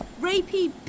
rapey